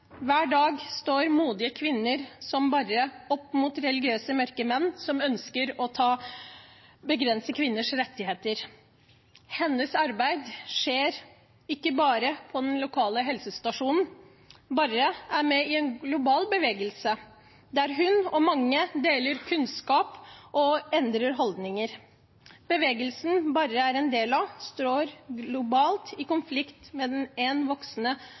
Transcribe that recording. Hver dag står modige kvinner, som Barre, opp mot religiøse mørkemenn som ønsker å begrense kvinners rettigheter. Hennes arbeid skjer ikke bare på den lokale helsestasjonen. Barre er med i en global bevegelse, der hun og mange deler kunnskap og endrer holdninger. Bevegelsen Barre er en del av, står globalt i konflikt med en voksende